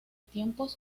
tiempos